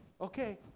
Okay